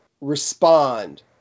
respond